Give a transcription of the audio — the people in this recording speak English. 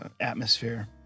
atmosphere